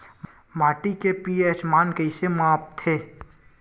माटी के पी.एच मान कइसे मापथे?